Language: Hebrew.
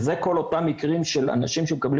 וזה המקרה של כל אותם אנשים שמקבלים